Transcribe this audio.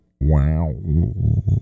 Wow